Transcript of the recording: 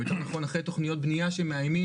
או יותר נכון אחרי תכניות בנייה שמאיימים